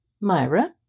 Myra